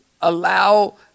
allow